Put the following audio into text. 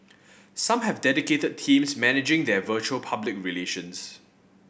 some have dedicated teams managing their virtual public relations